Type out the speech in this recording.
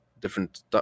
different